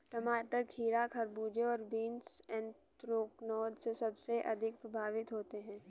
टमाटर, खीरा, खरबूजे और बीन्स एंथ्रेक्नोज से सबसे अधिक प्रभावित होते है